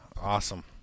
Awesome